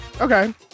Okay